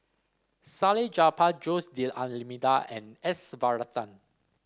Salleh Japar Jose D'Almeida and S Varathan